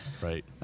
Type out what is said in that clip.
Right